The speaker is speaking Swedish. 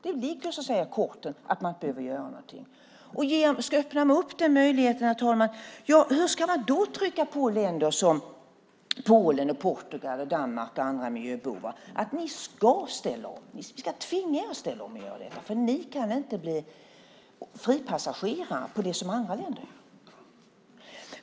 Det ligger så att säga i korten att man inte behöver göra något. Öppnar man för den möjligheten, herr talman, hur ska man då trycka på länder som Polen, Portugal, Danmark och andra miljöbovar att de ska ställa om, vi ska tvinga er att ställa om och göra detta, för ni kan inte bli fripassagerare på det som andra länder gör?